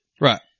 right